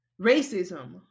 racism